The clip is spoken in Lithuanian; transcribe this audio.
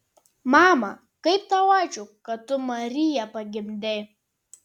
mama kaip tau ačiū kad tu mariją pagimdei